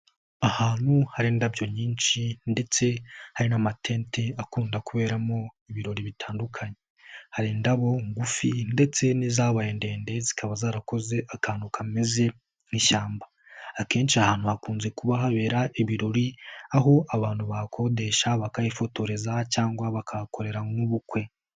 Ahantu hari indabyo nyinshi ndetse hari n'amatente akunda kuberamo ibirori bitandukanye, hari indabo ngufi ndetse n'izabaye ndende zikaba zarakoze akantu kameze nk'ishyamba. Akenshi ahantu hakunze kuba habera ibirori aho abantu bahakodesha bakahifotoreza cyangwa bakahakorera nk'ubukwe.